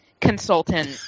consultant